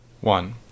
One